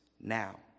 now